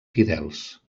fidels